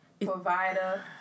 provider